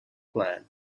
plan